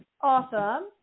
Awesome